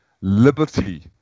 liberty